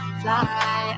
fly